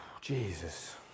Jesus